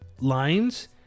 lines